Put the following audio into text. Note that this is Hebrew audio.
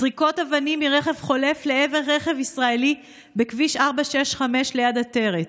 זריקות אבנים מרכב חולף לעבר רכב ישראלי בכביש 465 ליד עטרת,